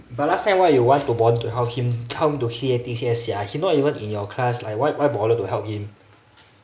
but last time why you want to bother to help him help him to key in A_T_S sia he not even in your class like like why bother to help him